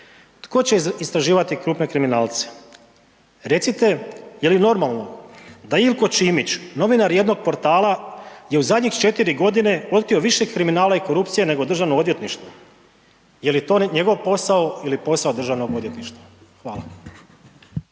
tko će istraživati krupne kriminalce? Recite, jeli normalno da Ilko Čimić novinar jednog portala je u zadnjih četiri godine otkrio više kriminala i korupcije nego državno odvjetništvo? Jel to njegov posao ili posao državnog odvjetništva? Hvala.